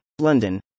London